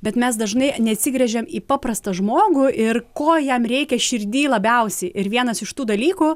bet mes dažnai neatsigręžiam į paprastą žmogų ir ko jam reikia širdy labiausiai ir vienas iš tų dalykų